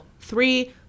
three